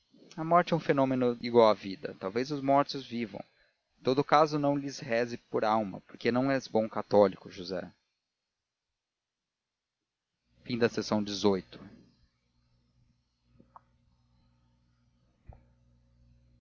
a morte é um fenômeno igual à vida talvez os mortos vivam em todo caso não lhes rezes por alma porque não és bom católico josé lxi